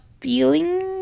feeling